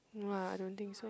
no lah I don't think so